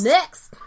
Next